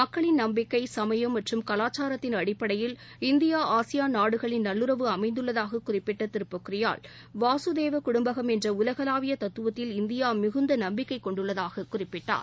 மக்களின் நம்பிக்கை சுமயம் மற்றும் கவாச்சாரத்தின் அடிப்படையில் இந்தியா ஆசியான் நாடுகளின் நல்லுறவு அமைந்துள்ளதாகக் குறிப்பிட்ட திரு பொக்ரியால் வாசுதேவ குடும்பகம் என்ற உலகளாவிய தத்துவத்தில் இந்தியா மிகுந்த நம்பிக்கைக் கொண்டுள்ளதாகக் குறிப்பிட்டார்